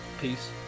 Peace